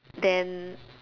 then